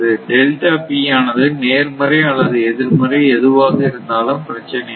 delta P ஆனது நேர்மறை அல்லது எதிர்மறை எதுவாக இருந்தாலும் பிரச்சினையில்லை